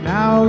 Now